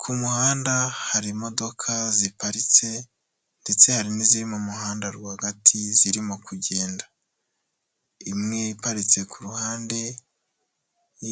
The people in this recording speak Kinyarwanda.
Ku muhanda hari imodoka ziparitse ndetse hari n'iziri mu muhanda rwagati zirimo kugenda, imwe iparitse ku ruhande,